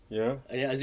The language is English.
ya